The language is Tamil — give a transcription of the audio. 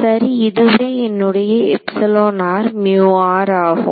சரி இதுவே என்னுடைய ஆகும்